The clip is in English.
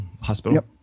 hospital